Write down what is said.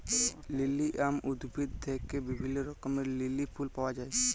lilium উদ্ভিদ থেক্যে বিভিল্য রঙের লিলি ফুল পায়া যায়